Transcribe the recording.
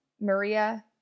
Maria